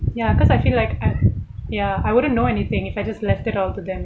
ya cause I feel like I ya I wouldn't know anything if I just left it all to them